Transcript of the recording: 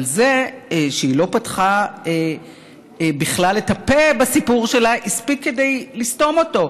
אבל זה שהיא לא פתחה בכלל את הפה בסיפור שלה הספיק כדי לסתום אותו.